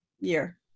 year